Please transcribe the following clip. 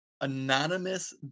anonymous